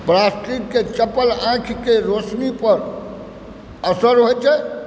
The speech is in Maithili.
प्लास्टिकके चप्पल आँखिक रौशनी पर असर होइत छै